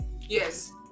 Yes